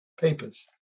papers